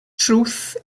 truth